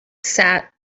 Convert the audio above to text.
sat